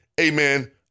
amen